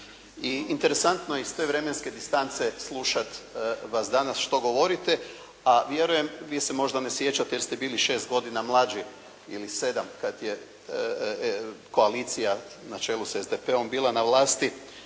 I interesantno je iz te vremenske distance slušati vas danas što govorite a vjerujem, vi se možda ne sjećate jer ste bili 6 godina mlađi ili 7 kad je koalicija na čelu s SDP-om bila na vlasti